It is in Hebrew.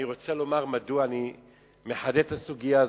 אני רוצה לומר מדוע אני מחדד את הסוגיה הזאת,